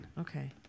Okay